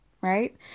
right